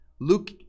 Luke